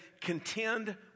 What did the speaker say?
contend